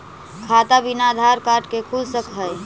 खाता बिना आधार कार्ड के खुल सक है?